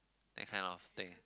that kind of thing